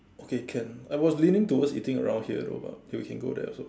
okay can I was leaning towards eating around here also we can go there also